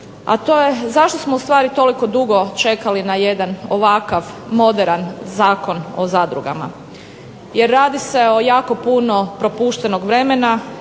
a to je zašto smo ustvari toliko dugo čekali na jedan ovakav moderan Zakon o zadrugama? Jer radi se o jako puno propuštenog vremena